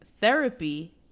Therapy